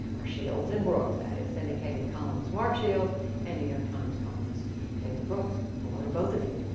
are shields and brooks. that is syndicated columnist mark shields and new york times columnist david brooks. hello to both of you.